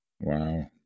Wow